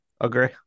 Agree